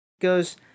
goes